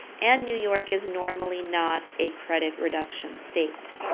and new york is normally not a credit reduction state.